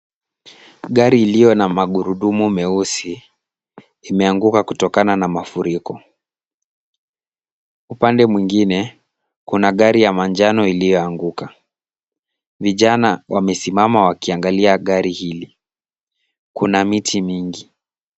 Gari iliyo na magurudumu meusi imeanguka kutokana na mafuriko. Upande mwingine kuna gari ya manjano iliyoanguka. Vijana wamesimama wakiangalia gari hili. Kuna miti mingi.